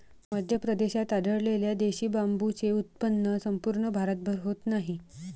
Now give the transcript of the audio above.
मध्य प्रदेशात आढळलेल्या देशी बांबूचे उत्पन्न संपूर्ण भारतभर होत नाही